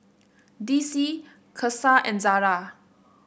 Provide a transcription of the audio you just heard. D C Cesar and Zara